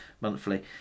Monthly